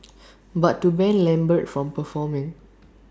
but to ban lambert from performing